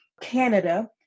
Canada